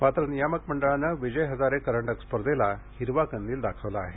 मात्र नियामक मंडळाने विजय हजारे करंडक स्पर्धेला हिरवा कंदील दाखवला आहे